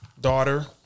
Daughter